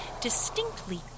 distinctly